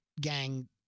Gang